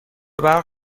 برق